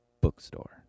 bookstore